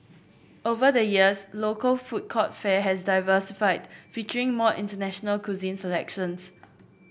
over the years local food court fare has diversified featuring more international cuisine selections